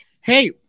Hey